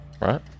Right